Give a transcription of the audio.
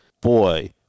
Boy